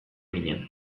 ginen